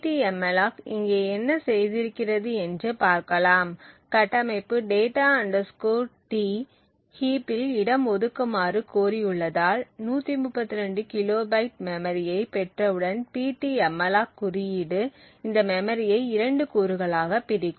ptmalloc இங்கே என்ன செய்திருக்கிறது என்று பார்க்கலாம் கட்டமைப்பு data T ஹீப்பில் இடம் ஒதுக்குமாறு கோரியுள்ளதால் 132 கிலோபைட் மெமரியை பெற்றவுடன் ptmalloc குறியீடு இந்த மெமரியை இரண்டு கூறுகளாகப் பிரிக்கும்